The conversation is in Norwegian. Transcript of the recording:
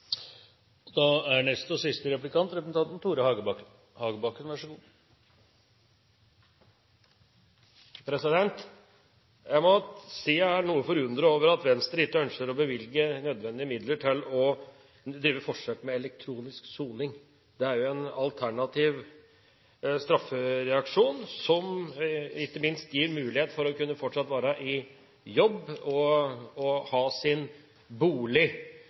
Jeg må si jeg er noe forundret over at Venstre ikke ønsker å bevilge nødvendige midler til å drive forsøk med elektronisk soning. Det er jo en alternativ straffereaksjon som ikke minst gir mulighet for fortsatt å kunne være i jobb og ha sin bolig.